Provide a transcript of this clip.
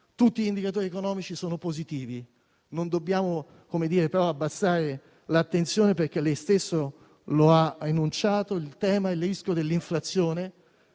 tutti gli indicatori economici sono positivi. Non dobbiamo però abbassare l'attenzione, perché, come lei stesso ha enunciato, il tema è il rischio di inflazione